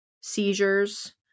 seizures